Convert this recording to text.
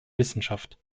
wissenschaft